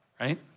right